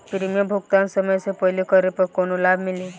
Premium भुगतान समय से पहिले करे पर कौनो लाभ मिली?